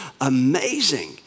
amazing